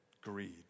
Greed